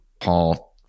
Paul